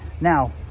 Now